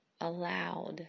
allowed